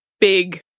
big